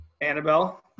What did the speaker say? Annabelle